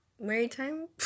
Maritime